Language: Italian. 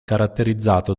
caratterizzato